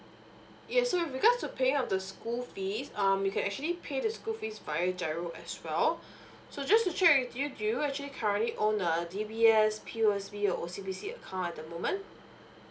yes so with regards to payment of the school fees um you can actually pay the school fees via giro as well so just to check with you do you actually currently own a D_B_S P_O_S_B or O_C_B_C account at the moment